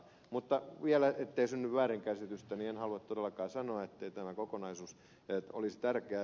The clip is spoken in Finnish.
mutta vielä ettei synny väärinkäsitystä en halua todellakaan sanoa ettei tämä kokonaisuus olisi tärkeä